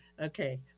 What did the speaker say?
Okay